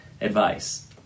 advice